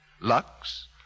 Lux